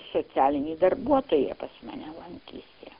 socialinė darbuotoja pas mane lankėsi